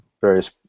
various